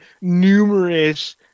numerous